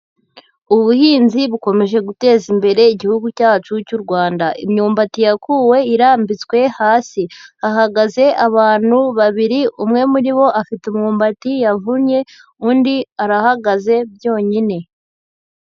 Ubuhinzi bukomeje guteza imbere igihugu cyacu cy'u Rwanda, imyumbati yakuwe irambitswe hasi, hahagaze abantu babiri, umwe muri bo afite umwumbati yavunnye, undi arahagaze byonyine.